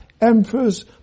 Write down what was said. emperors